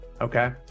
okay